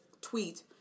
tweet